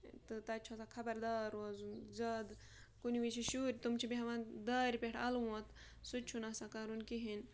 تہٕ تَتہِ چھُ آسان خبردار روزُن زیادٕ کُنہِ وِز چھِ شُرۍ تٕم چھِ بیٚہوان دارِ پٮ۪ٹھ الوُنٛد سُہ تہِ چھُنہٕ آسان کَرُن کِہیٖنۍ